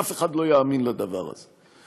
אף אחד לא יאמין לדבר הזה.